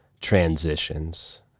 transitions